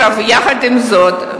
עם זאת,